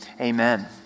amen